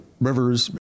Rivers